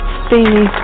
steamy